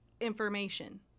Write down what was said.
information